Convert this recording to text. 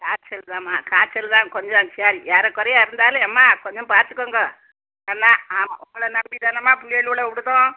காய்ச்சல்தாம்மா காய்ச்சல் தான் கொஞ்சம் ஏ ஏறக்குறைய இருந்தாலும் எம்மா கொஞ்சம் பார்த்துக்கோங்கோ எம்மா ஆமாம் உங்களை நம்பி தானம்மா பிள்ளையோலுவுல விடுதோம்